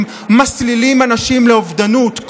הם מסלילים אנשים לאובדנות.